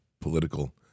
political